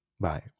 Bye